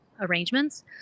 arrangements